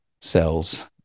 cells